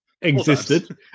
existed